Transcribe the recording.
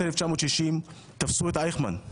תפסו את אייכמן,